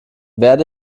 werde